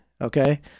Okay